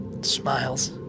Smiles